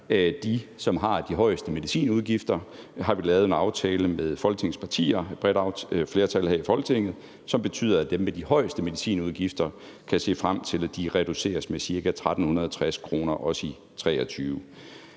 er de, som har de højeste medicinudgifter. Der har vi lavet en aftale med et bredt flertal her i Folketinget, som betyder, at dem med de højeste medicinudgifter kan se frem til, at de reduceres med ca. 1.360 kr., også i 2023.